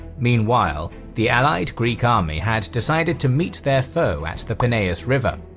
meanwhile, the allied greek army had decided to meet their foe at the peneus river.